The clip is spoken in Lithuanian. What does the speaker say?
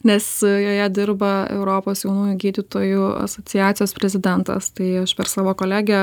nes joje dirba europos jaunųjų gydytojų asociacijos prezidentas tai aš per savo kolegę